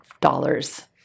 dollars